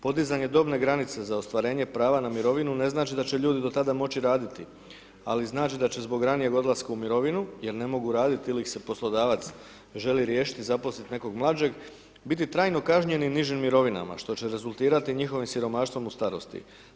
Podizanje dobne granice za ostvarenje prava na mirovinu ne znači da će ljudi do tada moći raditi ali znači da će zbog ranijeg odlaska u mirovinu jer ne mogu raditi ili ih se poslodavac želi riješiti, zaposliti nekog mlađeg biti trajno kažnjen i nižim mirovinama što će rezultirati njihovim siromaštvom u starosti.